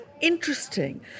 interesting